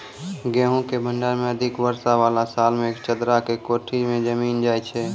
गेहूँ के भंडारण मे अधिक वर्षा वाला साल मे चदरा के कोठी मे जमीन जाय छैय?